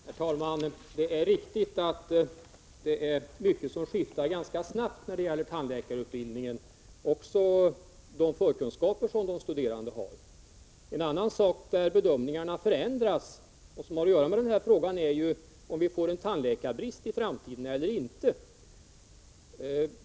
Herr talman! Det är riktigt att det är mycket som skiftar ganska snabbt när det gäller tandläkarutbildningen — också de förkunskaper som de studerande har. En annan sak där bedömningarna förändras och som har att göra med den här frågan är ju om vi får en tandläkarbrist i framtiden eller inte.